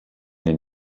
den